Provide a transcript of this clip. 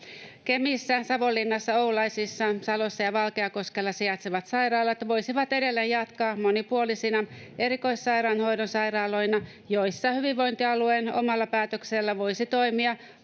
Kemissä, Savonlinnassa, Oulaisissa, Salossa ja Valkeakoskella sijaitsevat sairaalat voisivat edelleen jatkaa monipuolisina erikoissairaanhoidon sairaaloina, joissa hyvinvointialueen omalla päätöksellä... [Hälinää